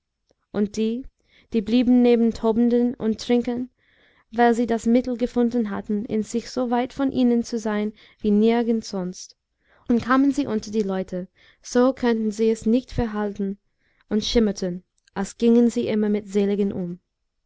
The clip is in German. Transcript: und die die blieben neben tobenden und trinkern weil sie das mittel gefunden hatten in sich so weit von ihnen zu sein wie nirgend sonst und kamen sie unter die leute so konnten sies nicht verhalten und schimmerten als gingen sie immer mit seligen um